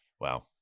Wow